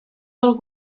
del